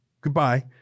goodbye